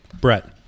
Brett